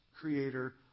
creator